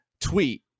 tweet